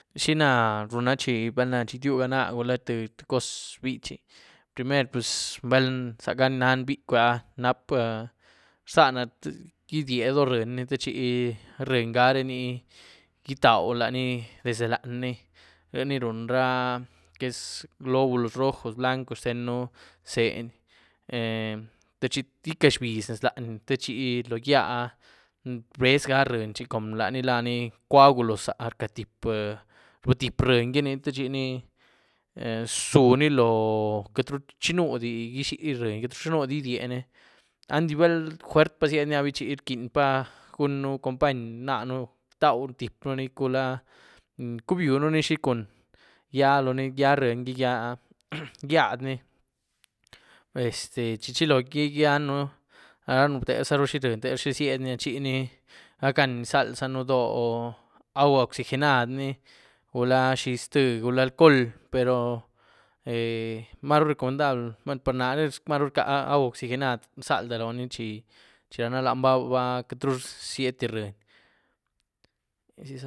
¿Xina runa chi balna ityuga náah gula tïé coz bichi? Primer pus bal zaga ni nan bicwé áh nap' ah rzana rdyie doó ryïeny techi ryïenygare ni gítaó laní desde lanyíni, ryíéni runra lo que es globulos rojos, blancos xtenën zeny eh techi icazhbiz lanyí techi lo gyíáh áh rbez ga ryíény cunm laní lani coágulos, za rcatyiep' rbëtyiep ryíény gi ní, techi ni rzuni loó queityru chinudi izhyé ryíény, queityru chinudi idiéni endi bal juert' pa ziední rquieny pa gunën company náahën tau tyiep'nu ni gula cubionuni xi cun, gyía looni, gyía ryïeny gyía àh, gyíády nì, este chi chilogí gyíanú, tezaru xi ryïenygi tezaru xi ziëdyni chini gac'gan izalzaën dooh agua oxigenad ni, gula xi ztïé gula alcoóhl pero maru recomendadad gwuen par naré maru rcá' agua oxigenad rzalda looni chi-chi rnana lan ba-ba queityru ziëdy ryíény.